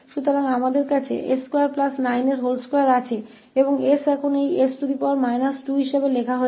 इसलिए हमारे पास s292 है और s को अब 𝑠 − 2 के रूप में लिखा जाता है